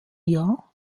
jahr